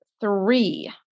three